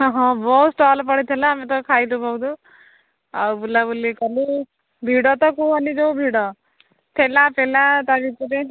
ହଁ ହଁ ବହୁତ ଷ୍ଟଲ୍ ପଡ଼ିଥିଲା ଆମେ ତ ଖାଇଲୁ ବହୁତ ଆଉ ବୁଲାବୁଲି କଲୁ ଭିଡ଼ ତ କୁହନି ଯୋଉ ଭିଡ଼ା ପେଲା ତା ଭିତରେ